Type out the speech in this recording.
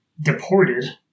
deported